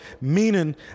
meaning